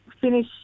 finish